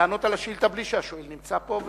לענות על השאילתא מבלי שהשואל נמצא פה,